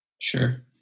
Sure